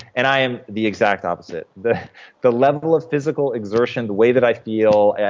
and i am the exact opposite. the the level of physical exertion, the way that i feel, and